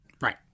right